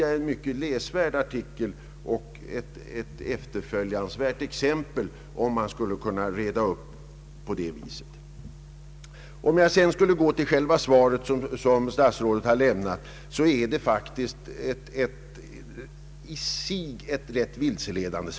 Det är en mycket läsvärd artikel, och det är ett efterföljansvärt exempel som där beskrivs hur man kan reda upp dessa frågor. Om jag sedan går till statsrådets svar, så är det faktiskt i sig ganska vilseledande.